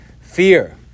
fear